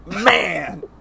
Man